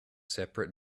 separate